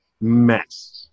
mess